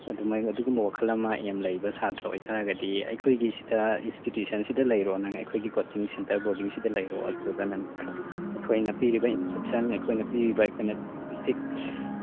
ꯑꯗꯨꯒꯨꯝꯕ ꯋꯥꯈꯜ ꯑꯃ ꯑꯦꯝ ꯂꯩꯕ ꯁꯥꯇ꯭ꯔ ꯑꯣꯏꯕ ꯇꯥꯔꯒꯗꯤ ꯑꯩꯈꯣꯏꯒꯤꯁꯤꯗ ꯏꯟꯁꯇꯤꯇꯤꯎꯁꯟꯗ ꯂꯩꯔꯣ ꯅꯪ ꯑꯩꯈꯣꯏꯒꯤ ꯀꯣꯆꯤꯡ ꯁꯦꯟꯇꯔ ꯕꯣꯔꯗꯤꯡꯁꯤꯗ ꯂꯩꯔꯣ ꯑꯗꯨꯗꯨꯒ ꯅꯪ ꯑꯩꯈꯣꯏꯅ ꯄꯤꯔꯤꯕ ꯏꯟꯁꯇ꯭ꯔꯛꯁꯟ ꯑꯩꯈꯣꯏꯅ ꯄꯤꯔꯤꯕ ꯑꯩꯈꯣꯏꯅ